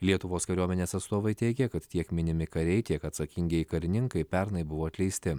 lietuvos kariuomenės atstovai teigia kad tiek minimi kariai tiek atsakingieji karininkai pernai buvo atleisti